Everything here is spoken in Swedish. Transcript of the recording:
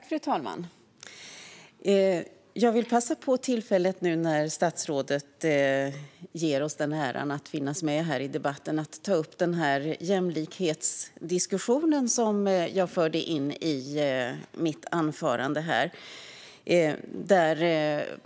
Fru talman! Jag vill passa på tillfället, när nu statsrådet gör oss äran att vara med i debatten, att återkomma till den jämlikhetsdiskussion som jag tog upp i mitt anförande tidigare.